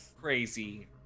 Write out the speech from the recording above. crazy